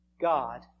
God